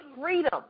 freedom